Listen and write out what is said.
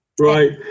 Right